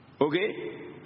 Okay